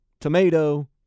tomato